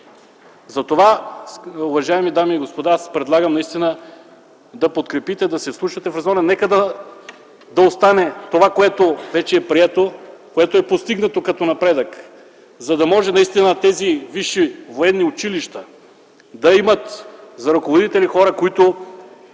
част. Уважаеми дами и господа, затова ви предлагам наистина да подкрепите и да се вслушате в резона – нека да остане това, което вече е прието, което е постигнато като напредък, за да може наистина тези висши военни училища да имат за ръководители хора, които